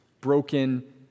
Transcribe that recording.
broken